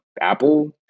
Apple